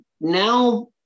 now